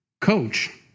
coach